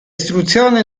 istruzione